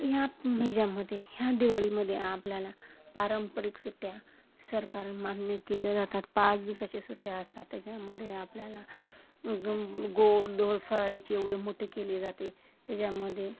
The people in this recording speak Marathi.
ह्या याच्यामध्ये ह्या दिवाळीमध्ये आपल्याला पारंपरिक सुट्ट्या सरकार मान्य केले जातात पाच दिवसाच्या सुट्ट्या असतात त्याच्यामध्ये आपल्याला ग गोड धोड फराळीची एवढं मोठे केली जाते त्याच्यामध्ये